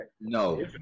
No